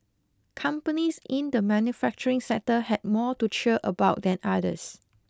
companies in the manufacturing sector had more to cheer about than others